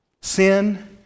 Sin